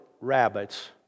rabbits